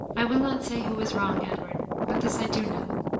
i will not say who is wrong, edward but this i do know,